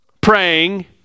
praying